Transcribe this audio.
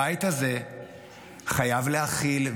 הבית הזה חייב להכיל,